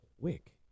quick